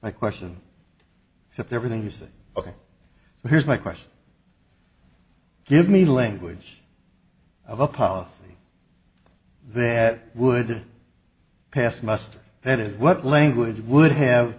my question that everything's ok here's my question give me language of a policy that would pass muster and what language would have